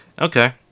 Okay